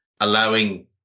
allowing